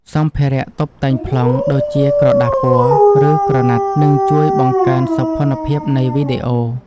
សម្ភារៈតុបតែងប្លង់ដូចជាក្រដាសពណ៌ ឬ ក្រណាត់នឹងជួយបង្កើនសោភ័ណភាពនៃវីដេអូ។